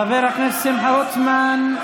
חבר הכנסת שמחה רוטמן,